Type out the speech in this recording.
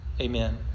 Amen